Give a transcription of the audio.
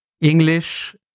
English